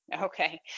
Okay